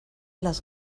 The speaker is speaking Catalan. les